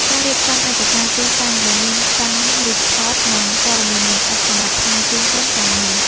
ការរៀបចំឯកសារទីតាំង ដែលមានទាំងរូបថត និងព័ត៌មានលម្អិតសម្រាប់ផ្ញើជូនក្រុមការងារ។